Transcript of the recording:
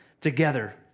together